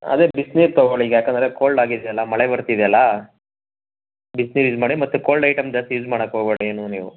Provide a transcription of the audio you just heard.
ಅದೆ ಬಿಸ್ನೀರು ತೊಗೊಳಿ ಯಾಕಂದರೆ ಕೋಲ್ಡ್ ಆಗಿದೆಯಲ್ಲ ಮಳೆ ಬರ್ತಿದೆಯಲ್ಲಾ ಬಿಸ್ನೀರು ಯೂಸ್ ಮಾಡಿ ಮತ್ತು ಕೋಲ್ಡ್ ಐಟೆಮ್ ಜಾಸ್ತಿ ಯೂಸ್ ಮಾಡೋಕ್ಕೆ ಹೋಗಬೇಡಿ ಇನ್ನು ನೀವು